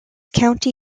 county